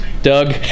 Doug